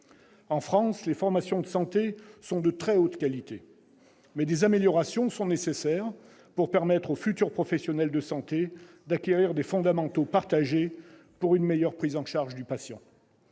En France, les formations de santé sont de très haute qualité, mais des améliorations sont nécessaires pour permettre aux futurs professionnels de santé d'acquérir des fondamentaux partagés pour une meilleure prise en charge du patient.